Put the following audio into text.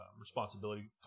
responsibility